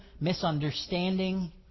misunderstanding